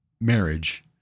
marriage